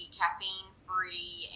caffeine-free